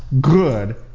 good